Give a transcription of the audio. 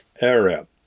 area